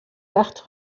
partent